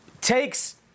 takes